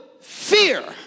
fear